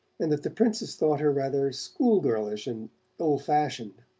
and that the princess thought her rather school-girlish and old-fashioned.